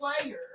player